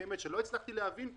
שלא הצלחתי להבין פה,